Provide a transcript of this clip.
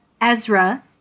Ezra